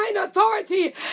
authority